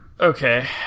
okay